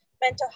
mental